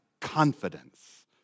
confidence